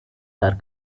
are